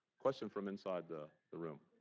question from inside the the room?